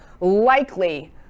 likely